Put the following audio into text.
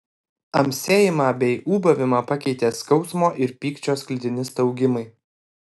amsėjimą bei ūbavimą pakeitė skausmo ir pykčio sklidini staugimai